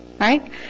right